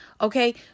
Okay